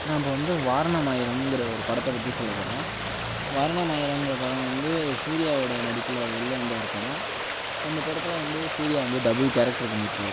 நான் இப்போ வந்து வாரணம் ஆயிரம்ங்கிற ஒரு படத்தை பற்றி சொல்ல போகிறேன் வாரணம் ஆயிரம்ங்கிற படம் வந்து சூரியாவோட நடிப்பில் வெளில வந்த ஒரு படம் அந்த படத்தில் வந்து சூர்யா வந்து டபுள் கேரக்டர் பண்ணிருப்பார்